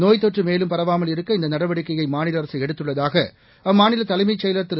நோய்த் தொற்றுமேலும் பரவாமல் இருக்க இந்தநடவடிக்கையைமாநிலஅரசுஎடுத்துள்ளதாகஅம்மாநிலதலைமைச் செயலர் திரு